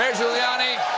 ah giuliani,